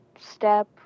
step